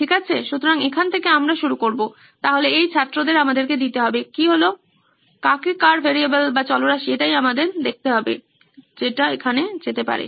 ঠিক আছে সুতরাং এখান থেকে আমরা শুরু করবো তাহলে এই ছাত্রদের আমাদেরকে দিতে হবে কি হলো কাকে কার ভ্যারিয়েবেল এটাই আমাদের দেখতে হবে যেটা এখানে যেতে পারে